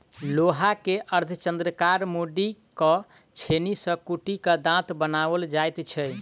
लोहा के अर्धचन्द्राकार मोड़ि क छेनी सॅ कुटि क दाँत बनाओल जाइत छै